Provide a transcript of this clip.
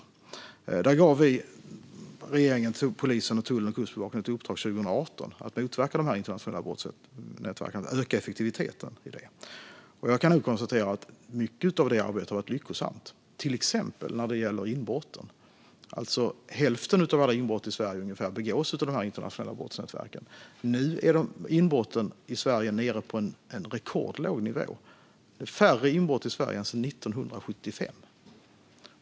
Regeringen gav 2018 polisen, tullen och Kustbevakningen ett uppdrag att motverka dessa internationella brottsnätverk och öka effektiviteten. Jag kan nu konstatera att mycket av det arbetet har varit lyckosamt, till exempel när det gäller inbrotten. Ungefär hälften av alla inbrott i Sverige begås av de här internationella brottsnätverken. Nu är inbrotten i Sverige nere på en rekordlåg nivå. Det har inte varit så få inbrott i Sverige sedan 1975.